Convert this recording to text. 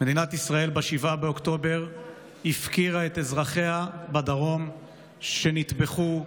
ב-7 באוקטובר מדינת ישראל הפקירה את אזרחיה בדרום שנטבחו,